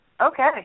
Okay